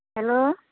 hello